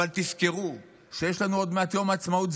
אבל תזכרו שיש לנו עוד מעט יום עצמאות,